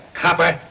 copper